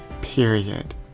period